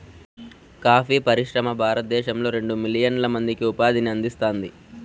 coffee పరిశ్రమ భారతదేశంలో రెండు మిలియన్ల మందికి ఉపాధిని అందిస్తాంది